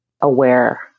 aware